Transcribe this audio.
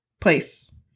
place